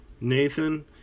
Nathan